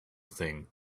thing